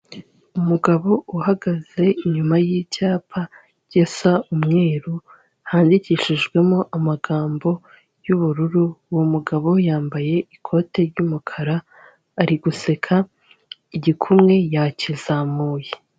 Umugabo uhagaze inyuma y'icyapa gisa umweru handikishijwemo amagambo y'ubururu, uwo mugabo yambaye ikote ry'umukara ari guseka igikumwe yakizamuye.